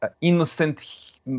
innocent